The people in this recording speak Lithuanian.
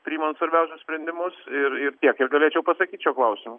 priimant svarbiausius sprendimus ir ir tiek ir galėčiau pasakyt šiuo klausimu